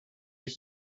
ich